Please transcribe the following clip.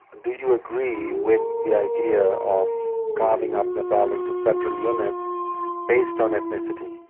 do you agree with the idea of carving up nepal into federal units based on ethnicity?